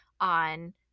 on